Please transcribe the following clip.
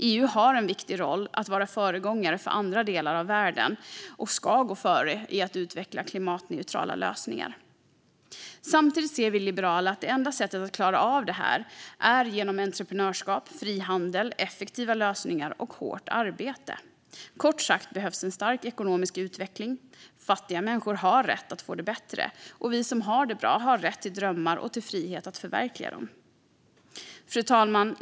EU har en viktig roll i att vara föregångare för andra delar av världen och ska gå före i att utveckla klimatneutrala lösningar. Samtidigt ser vi liberaler att det enda sättet att klara av det här är genom entreprenörskap, frihandel, effektiva lösningar och hårt arbete. Kort sagt behövs en stark ekonomisk utveckling. Fattiga människor har rätt att få det bättre, och vi som har det bra har rätt till drömmar och till frihet att förverkliga dem. Fru talman!